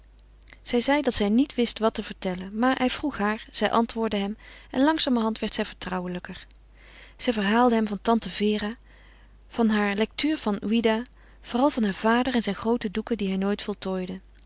zij zeide dat zij niet wist wat te vertellen maar hij vroeg haar zij antwoordde hem en langzamerhand werd zij vertrouwelijker zij verhaalde hem van tante vere van haar lectuur van ouida vooral van haren vader en zijne groote doeken die hij nooit voltooide